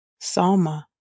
Salma